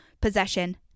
possession